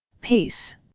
PEACE